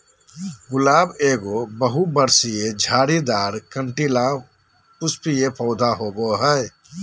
गुलाब एगो बहुवर्षीय, झाड़ीदार, कंटीला, पुष्पीय पौधा होबा हइ